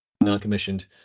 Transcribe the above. non-commissioned